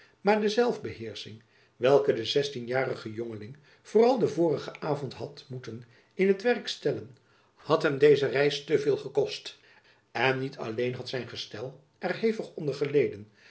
maar de zelfbeheersching welke de zestienjarige jongeling vooral den vorigen avond had moeten in t werk stellen had hem deze reis te veel gekost en niet alleen had zijn gestel er hevig onder geleden